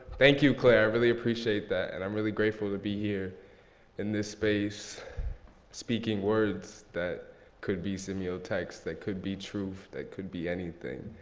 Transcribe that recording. thank you, claire, i really appreciate that. and i'm really grateful to be here in this space speaking words that could be semiotext that could be truth, that could be anything.